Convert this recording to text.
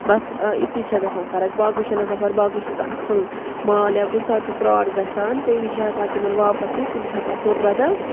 بس اِژٕے چھِ گَژھان فرق باقٕے چھَنہٕ آسان فرق باقٕے چھُ آسان اَصٕل مال یا کُنہِ ساتہٕ چھُ فراڈ گَژھان تمہِ وِز چھِ ہٮ۪کان تِمن واپس نِتھ تِم چھِ ہٮ۪کان تورٕ بدل